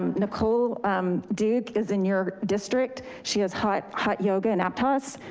nicole duke is in your district. she has hot hot yoga in aptos.